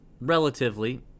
relatively